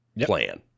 plan